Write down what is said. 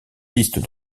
pistes